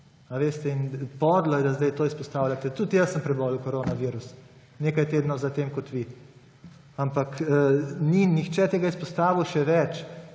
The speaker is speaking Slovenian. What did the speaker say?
podlo je, da zdaj to izpostavljate. Tudi jaz sem prebolel koronavirus nekaj tednov zatem kot vi, ampak ni nihče tega izpostavil; še več,